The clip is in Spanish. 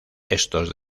estos